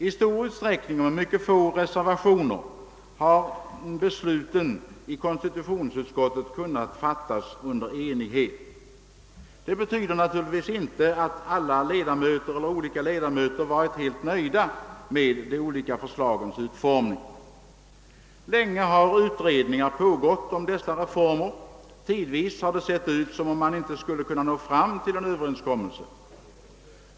Under stor enighet — reservationerna är få — har beslutet i konstitutionsutskottet kunnat fattas. Det betyder naturligtvis inte att alla ledamöter varit helt nöjda med de olika förslagens utformning. Länge har utredningar pågått om de reformer som nu skall genomföras. Tidvis har det sett ut som man inte skulle kunna nå fram till någon överenskommelse.